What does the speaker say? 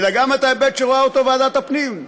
אלא גם את ההיבט שרואה ועדת הפנים.